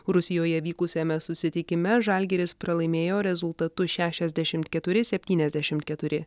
rusijoje vykusiame susitikime žalgiris pralaimėjo rezultatu šešiasdešimt keturi septyniasdešimt keturi